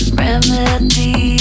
remedy